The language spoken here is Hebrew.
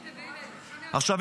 עכשיו,